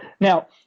Now